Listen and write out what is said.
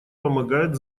помогает